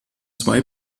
zwei